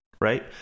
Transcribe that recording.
right